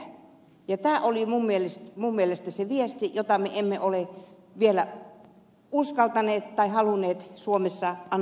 tämä oli minun mielestäni se viesti jota me emme ole vielä uskaltaneet tai halunneet suomessa analysoida